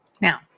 Now